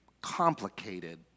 complicated